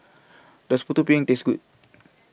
Does Putu Piring Taste Good